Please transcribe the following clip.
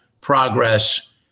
progress